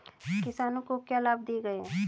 किसानों को क्या लाभ दिए गए हैं?